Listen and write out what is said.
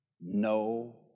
no